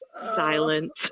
silence